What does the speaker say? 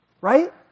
Right